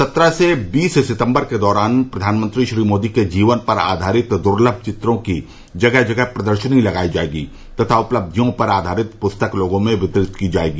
सत्रह से बीस सितम्बर के दौरान प्रधानमंत्री श्री मोदी के जीवन पर आयारित दुर्लभ चित्रों की जगह जगह प्रदर्शनी लगायी जायेगी तथा उपलब्धियों पर आधारित पुस्तक लोगों में वितरित की जायेगी